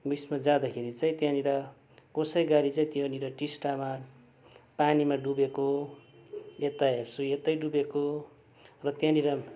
बिचमा जाँदाखेरि चाहिँ त्यहाँनिर कोसै गाडी चाहिँ त्योनिर टिस्टामा पानीमा डुबेको यता हेर्छु यतै डुबेको र त्यहाँनिर